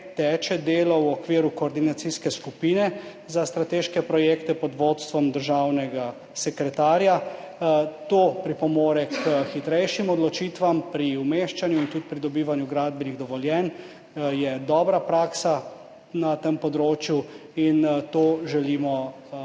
teče delo v okviru koordinacijske skupine za strateške projekte pod vodstvom državnega sekretarja. To pripomore k hitrejšim odločitvam pri umeščanju in tudi pridobivanju gradbenih dovoljenj. Na tem področju je dobra praksa